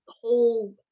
whole